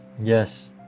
Yes